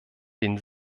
den